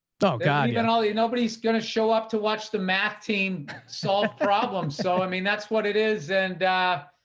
don't even ah yeah and all your nobody's going to show up to watch the math team solve problems. so i mean, that's what it is. and